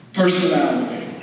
personality